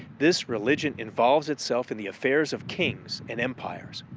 this religion involves itself in the affairs of kings and empires.